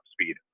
speed